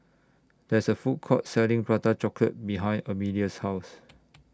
There IS A Food Court Selling Prata Chocolate behind Emilia's House